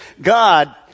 God